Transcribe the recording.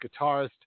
guitarist